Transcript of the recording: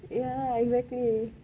ya exactly